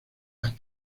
las